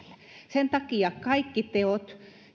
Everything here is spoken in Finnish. sen takia tarvitaan kaikki teot